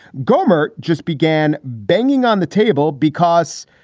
gomer just began banging on the table because,